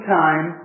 time